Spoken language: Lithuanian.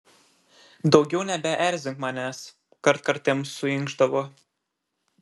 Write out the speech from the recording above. daugiau nebeerzink manęs kartkartėm suinkšdavo